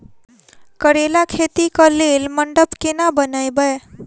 करेला खेती कऽ लेल मंडप केना बनैबे?